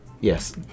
Yes